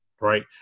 right